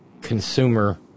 consumer